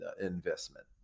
investment